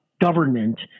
government